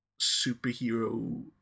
Superhero